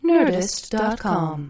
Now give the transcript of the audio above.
Nerdist.com